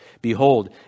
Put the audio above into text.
Behold